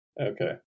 Okay